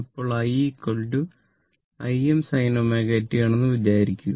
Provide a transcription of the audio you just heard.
ഇപ്പോൾ i Im sin ω t ആണെന്ന് വിചാരിക്കും